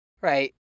Right